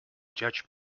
judge